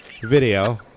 Video